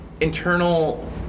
internal